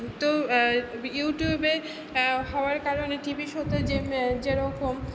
তো ইউটিউবে হওয়ার কারণে টিভি শোতে যেরকম